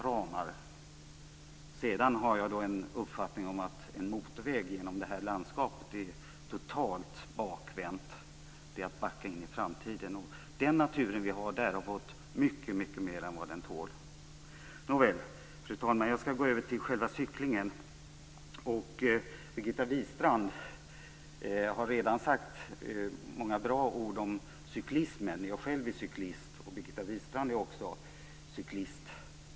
Vidare har jag uppfattningen att en motorväg genom det här landskapet är totalt bakvänt. Det är att backa in i framtiden. Naturen i området har fått ta emot mycket mer än vad den tål. Fru talman! Jag skall nu tala om själva cyklingen. Birgitta Wistrand har redan sagt mycket om cyklismen som är bra. Själv är jag, liksom Birgitta Wistrand, cyklist.